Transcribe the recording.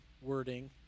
wording